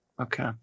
Okay